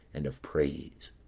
and of praise.